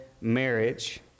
marriage